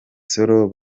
sol